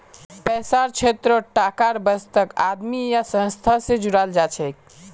पैसार क्षेत्रत टाकार बचतक आदमी या संस्था स जोड़ाल जाछेक